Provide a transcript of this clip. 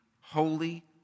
holy